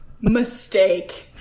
Mistake